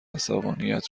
عصبانیت